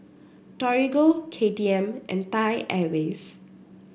Torigo K T M and Thai Airways